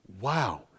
Wow